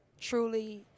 truly